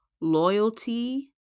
loyalty